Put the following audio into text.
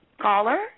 Caller